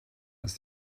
ist